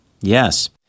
Yes